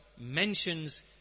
mentions